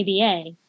ABA